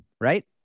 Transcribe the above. Right